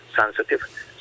sensitive